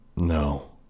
No